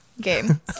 game